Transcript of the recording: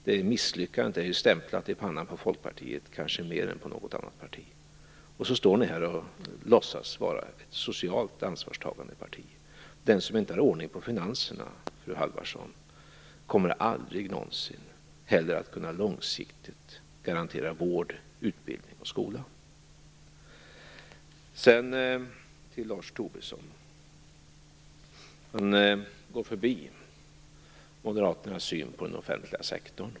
Det misslyckandet är stämplat i pannan på Folkpartiet kanske mer än på något annat parti. Och så står ni här och låtsas vara ett socialt ansvarstagande parti. Den som inte har ordning på finanserna, fru Halvarsson, kommer aldrig någonsin heller att långsiktigt kunna garantera vård, utbildning och skola. Lars Tobisson går förbi moderaternas syn på den offentliga sektorn.